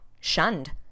shunned